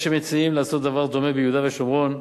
יש מציעים לעשות דבר דומה ביהודה ושומרון,